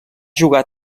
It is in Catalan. jugar